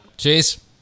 Cheers